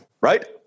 right